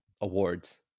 Awards